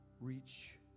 reach